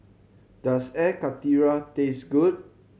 does Air Karthira taste good